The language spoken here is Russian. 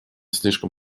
слишком